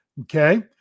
Okay